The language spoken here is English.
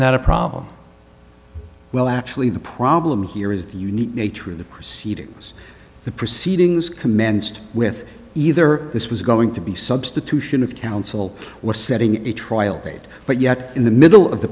not a problem well actually the problem here is the unique nature of the proceedings the proceedings commenced with either this was going to be substitution of counsel or setting a trial date but yet in the middle of the